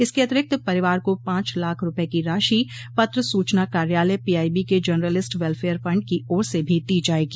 इसके अतिरिक्त परिवार को पांच लाख रूपये की राशि पत्र सूचना कार्यालय पीआईबी के जर्नलिस्ट वेल फेयर फंड की ओर से भी दी जायेगी